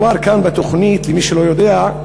מדובר כאן בתוכנית, למי שלא יודע,